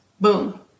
Boom